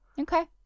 Okay